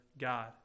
God